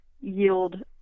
yield